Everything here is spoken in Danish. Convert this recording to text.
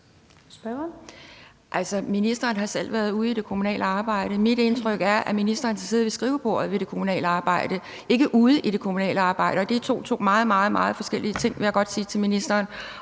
ministeren har selv været ude i det kommunale arbejde. Mit indtryk er, at ministeren har siddet ved skrivebordet i det kommunale arbejde og ikke har været ude i det kommunale arbejde, og det er to meget, meget forskellige ting – det vil jeg godt sige til ministeren